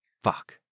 Fuck